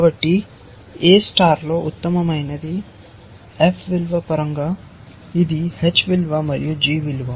కాబట్టి A STAR లో ఉత్తమమైనది f విలువ పరంగా నిర్వచించబడుతుంది ఇది h విలువ మరియు g విలువ